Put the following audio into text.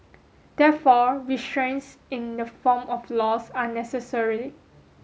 therefore restraints in the form of laws are necessary